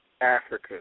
Africa